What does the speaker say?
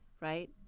right